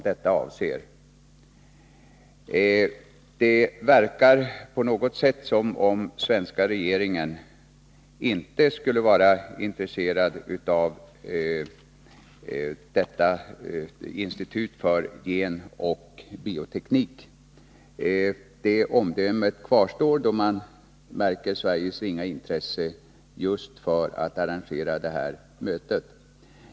Det verkar på något sätt som om den svenska regeringen inte skulle vara intresserad av detta institut för genoch bioteknik. Det omdömet kvarstår då man iakttar det ringa intresset från svensk sida för att arrangera detta möte.